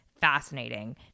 fascinating